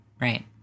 right